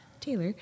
Taylor